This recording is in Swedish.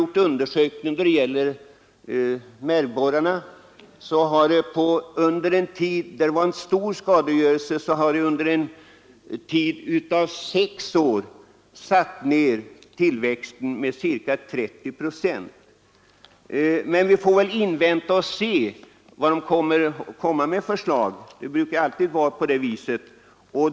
Vid undersökning beträffande märgborrarna har — där det varit stor skadegörelse — under en tid av sex år tillväxten satts ned med ca 30 procent. Vi får väl vänta och se vilket förslag som kommer att läggas fram det brukar vi alltid få göra.